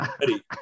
ready